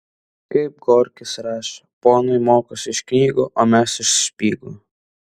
kaip gorkis rašė ponai mokosi iš knygų o mes iš špygų